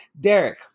Derek